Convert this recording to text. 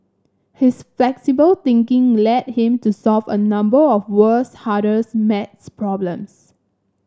his flexible thinking led him to solve a number of world's hardest maths problems